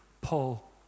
Paul